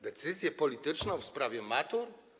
Decyzję polityczną w sprawie matur?